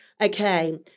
Okay